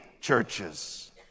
churches